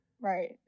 Right